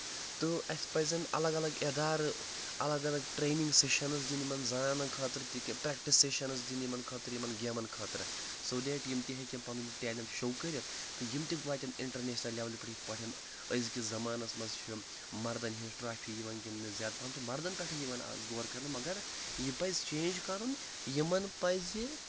تہٕ اَسہِ پَزن الگ الگ اِدارٕ الگ الگ ٹرینِنٛگ سیٚشَنٕز دِنۍ یِمَن زنانن خٲطرٕ تہِ پرٛٮ۪کٹِس سیٚشَنز دِنۍ یِمَن خٲطرٕ یِمَن گیمَن خٲطرٕ سو دیٹ یِم تہِ ہیٚکن پَنُن ٹیلنٛٹ شو کٔرِتھ تہٕ یِم تہِ واتن اِنٹَرنیشنَل لیولہِ پٮ۪ٹھ یِتھ پٲٹھۍ أزکِس زَمانَس منٛز چھِ مَردَن ہِنٛز ٹرافی یِوان گِنٛدنہٕ زیادٕ پَہم چھِ مَردَن پٮ۪ٹھٕ یِوان آز غور کَرنہٕ مگر یہِ پَزِ چیینج کَرُن یِمن پَزِ